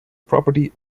property